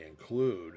include